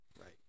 right